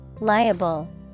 Liable